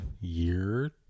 year